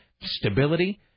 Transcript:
stability